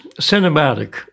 Cinematic